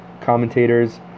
commentators